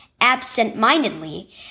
Absent-mindedly